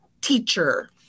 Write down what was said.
teacher